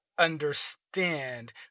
Understand